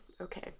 Okay